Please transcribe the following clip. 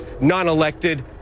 non-elected